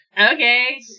Okay